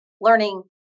learning